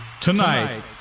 tonight